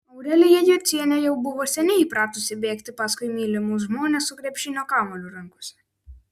aurelija jocienė jau buvo seniai įpratusi bėgti paskui mylimus žmones su krepšinio kamuoliu rankose